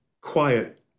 quiet